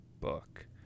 book